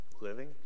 living